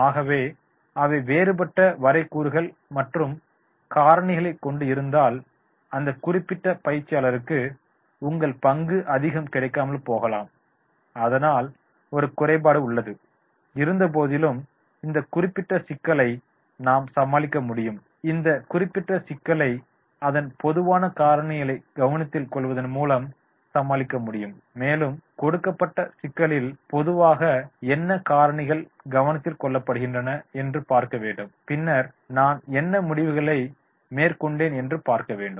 ஆகவே அவை வேறுபட்ட வரைக்கூறுகள் மற்றும் காரணிகளை கொண்டு இருந்தால் அந்த குறிப்பிட்ட பயிற்சியாளருக்கு உங்கள் பங்கு அதிகம் கிடைக்காமல் போகலாம் அதனால் ஒரு குறைபாடு உள்ளது இருந்தபோதிலும் இந்த குறிப்பிட்ட சிக்கலை நாம் சமாளிக்க முடியும் இந்த குறிப்பிட்ட சிக்கலை அதன் பொதுவான காரணிகளை கவனத்தில் கொள்வதன் மூலம் சமாளிக்க முடியும் மேலும் கொடுக்கப்பட்ட சிக்கலில் பொதுவாக என்ன காரணிகள் கவனத்தில் கொள்ளப்படுகின்றன என்று பார்க்க வேண்டும் பின்னர் நான் என்ன முடிவுகளை மேற்கொண்டேன் என்று பார்க்க வேண்டும்